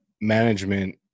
management